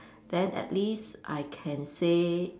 then at least I can say